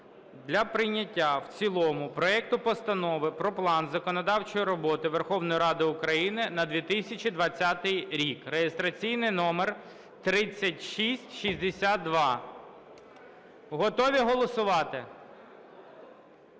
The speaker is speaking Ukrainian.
для прийняття в цілому проекту Постанови про План законодавчої роботи Верховної Ради України на 2020 рік (реєстраційний номер 3662). Готові голосувати?